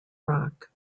rock